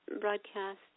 broadcast